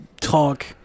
talk